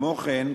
כמו כן,